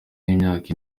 w’imyaka